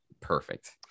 perfect